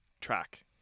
track